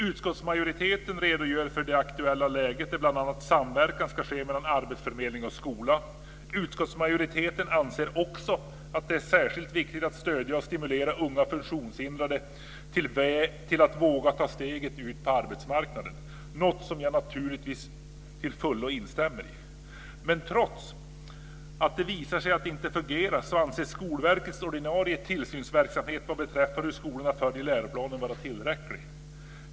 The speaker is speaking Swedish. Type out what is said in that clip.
Utskottsmajoriteten redogör för det aktuella läget, där bl.a. samverkan ska ske mellan arbetsförmedling och skola. Utskottsmajoriteten anser också att det är särskilt viktigt att stödja och stimulera unga funktionshindrade att våga ta steget ut på arbetsmarknaden - något som jag naturligtvis till fullo instämmer i. Men trots att rapporter visar att det inte fungerar anses Skolverkets ordinarie tillsynsverksamhet vad beträffar hur skolorna följer läroplanen vara tillräcklig.